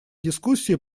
дискуссии